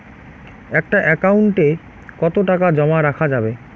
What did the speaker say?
একটা একাউন্ট এ কতো টাকা জমা করা যাবে?